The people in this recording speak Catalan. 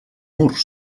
murs